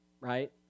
right